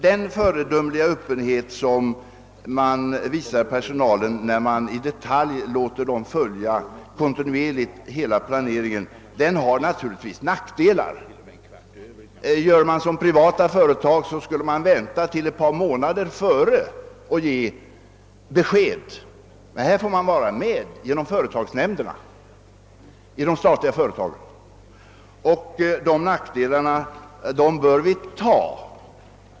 Den föredömliga öppenhet som man visar personalen när man låter den kontinuerligt och i detalj följa hela pla-- neringen har naturligtvis nackdelar. Gjorde man som privata företag, skulle: man vänta till ett par månader i förväg. med besked, men nu har personalen i de statliga företagen fått information genom företagsnämnderna. De nackdelarna bör vi ta.